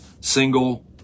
single